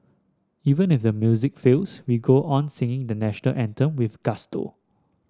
even if the music fails we go on singing the National Anthem with gusto